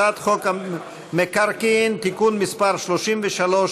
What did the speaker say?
הצעת חוק המקרקעין (תיקון מס' 33),